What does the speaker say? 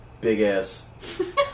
big-ass